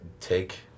take